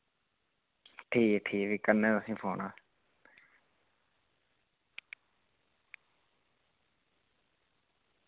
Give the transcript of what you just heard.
ठीक ऐ ठीक ऐ फ्ही करने तुसें फोन